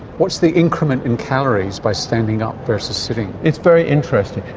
what's the increment in calories by standing up versus sitting? it's very interesting.